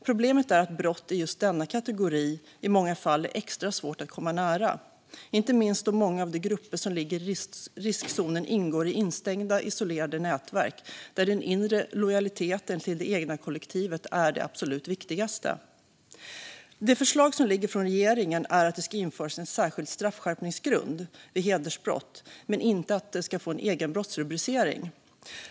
Problemet är att brott i just denna kategori i många fall är extra svåra att komma nära, inte minst då många av de grupper som ligger i riskzonen ingår i instängda och isolerade nätverk där den inre lojaliteten till det egna kollektivet är det absolut viktigaste. Det förslag från regeringen som ligger är att det ska införas en särskild straffskärpningsgrund vid hedersbrott men inte att det ska få en egen brottsrubricering.